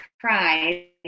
cried